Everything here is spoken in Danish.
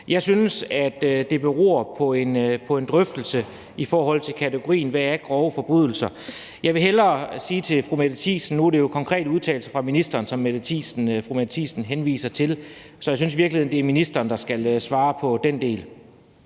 Jeg synes, at det beror på en drøftelse i forhold til kategorien grove forbrydelser, for hvad er det? Nu er det jo konkrete udtalelser fra ministerens side, som fru Mette Thiesen henviser til, så jeg synes i virkeligheden, at det er ministeren, der skal svare på den del.